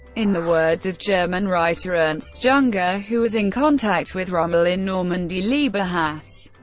in the words of german writer ernst junger who was in contact with rommel in normandy, liebehass.